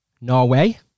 norway